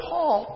Paul